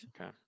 Okay